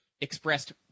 expressed